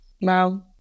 wow